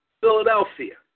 Philadelphia